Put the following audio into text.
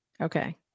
Okay